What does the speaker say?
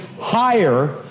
higher